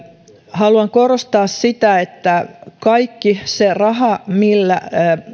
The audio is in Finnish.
haluan korostaa sitä että kaikki se raha millä